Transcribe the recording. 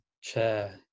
chair